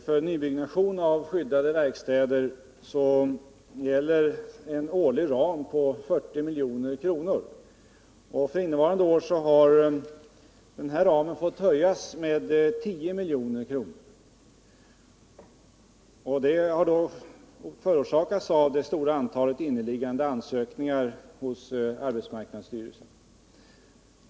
För nybyggnad av skyddade verkstäder gäller en årlig anslagsram om 40 milj.kr., och för innevarande år har den ramen höjts med 10 milj.kr. Det har förorsakats av det stora antalet inneliggande ansökningar hos arbetsmarknadsstyrelsen.